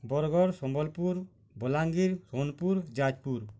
Bargarh Sambalpur Balangir Sonepur Jajpur